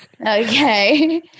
Okay